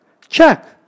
check